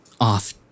off